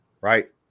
right